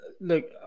look